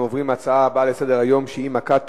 אנחנו עוברים להצעות לסדר-היום מס' 3124,